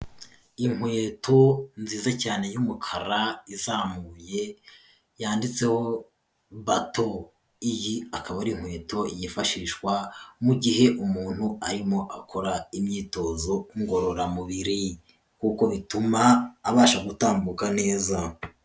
Inkweto nziza cyane y'umukara, izamuye yanditseho bato, iyi akaba ari inkweto yifashishwa mu gihe umuntu arimo akora imyitozo ngororamubiri, kuko bituma abasha gutambuka neza.